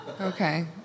okay